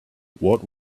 what